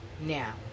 Now